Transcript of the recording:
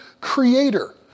creator